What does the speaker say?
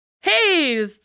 Hey